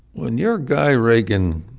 when your guy, reagan,